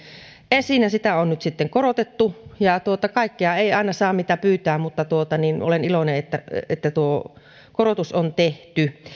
esiin ja sitä on nyt sitten korotettu kaikkea ei aina saa mitä pyytää mutta olen iloinen että että tuo korotus on tehty